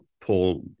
Paul